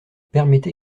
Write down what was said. permettez